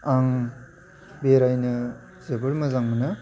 आं बेरायनो जोबोर मोजां मोनो